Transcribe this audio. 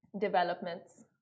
developments